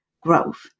growth